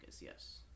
yes